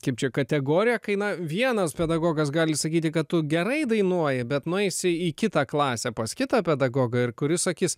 kaip čia kategoriją kai na vienas pedagogas gali sakyti kad tu gerai dainuoji bet nueisi į kitą klasę pas kitą pedagogą ir kuris akis